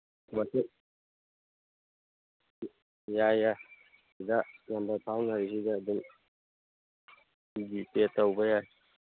ꯌꯥꯏ ꯌꯥꯏ ꯁꯤꯗ ꯅꯝꯕꯔ ꯐꯥꯎꯅꯔꯤꯁꯤꯗ ꯑꯗꯨꯝ ꯖꯤ ꯄꯦ ꯇꯧꯕ ꯌꯥꯏ